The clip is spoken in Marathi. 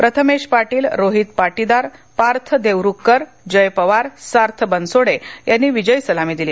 प्रथमेश पाटील रोहीत पाटीदार पार्थ देऊरुखकर जय पवार सार्थ बनसोडे यांनी विजयी सलामी दिली